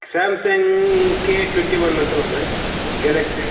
Samsung K twenty one ಅಂತ ಬರ್ತದೆ Galaxy